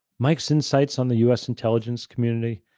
mike's insights on the u. s. intelligence community,